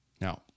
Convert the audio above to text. Now